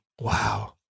Wow